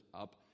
up